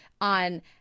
on